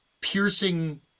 piercing